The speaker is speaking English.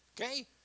okay